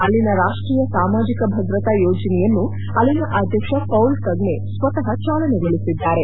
ಅಲ್ಲಿನ ರಾಷ್ಷೀಯ ಸಾಮಾಜಿಕ ಭದ್ರತಾ ಯೋಜನೆಯನ್ನು ಅಲ್ಲಿನ ಅಧ್ಯಕ್ಷ ಪೌಲ್ ಕಗ್ನೆ ಸ್ವತಃ ಚಾಲನೆಗೊಳಿಸಿದ್ದಾರೆ